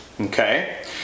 okay